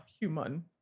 human